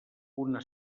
una